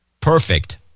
Perfect